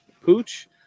Pooch